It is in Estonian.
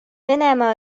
venemaa